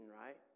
right